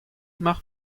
mar